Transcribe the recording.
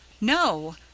No